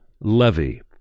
Levy